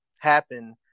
happen